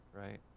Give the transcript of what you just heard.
right